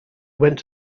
went